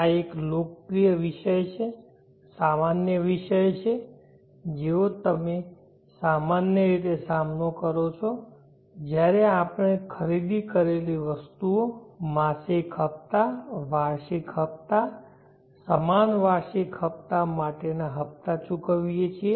આ એક લોકપ્રિય વિષય છે સામાન્ય વિષય છે જેનો તમે સામાન્ય રીતે સામનો કરો છો જ્યારે આપણેખરીદી કરેલી વસ્તુઓ માસિક હપ્તા વાર્ષિક હપતા સમાન વાર્ષિક હપતા માટેના હપ્તા ચૂકવીએ છીએ